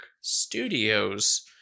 Studios